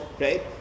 right